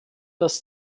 dass